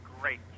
great